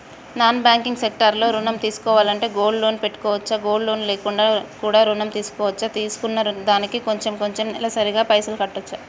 Non banking sector లో ఋణం తీసుకోవాలంటే గోల్డ్ లోన్ పెట్టుకోవచ్చా? గోల్డ్ లోన్ లేకుండా కూడా ఋణం తీసుకోవచ్చా? తీసుకున్న దానికి కొంచెం కొంచెం నెలసరి గా పైసలు కట్టొచ్చా?